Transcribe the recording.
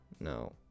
No